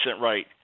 right